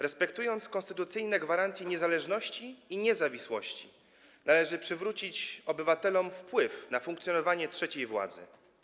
Respektując konstytucyjne gwarancje niezależności i niezawisłości, należy przywrócić obywatelom wpływ na funkcjonowanie trzeciej władzy.